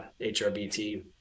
HRBT